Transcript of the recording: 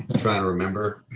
trying to remember.